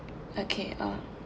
okay uh